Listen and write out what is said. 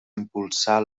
impulsar